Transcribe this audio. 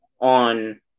on